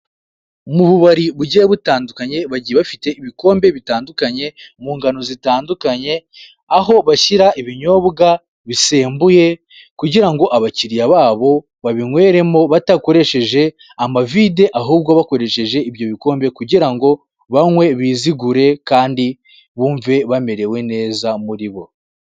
Mu bubari bugiye butandukanye, bagiye bafite ibikombe bitandukanye, mu ngano zitandukanye, aho bashyira ibinyobwa bisembuye kugira ngo abakiriya babo babinyweremo badakoresheje amavide, ahubwo bakoresheje ibyo bikombe, kugira ngo banywe bizigure kandi bumve bamerewe neza muri bo.